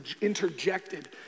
interjected